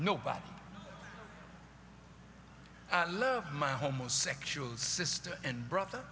nobody i love my homosexuals sister and brother